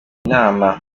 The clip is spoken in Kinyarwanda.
inama